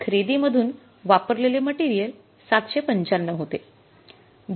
आणि खरेदीमधून वापरलेले मटेरियल ७९५ होते